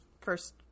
First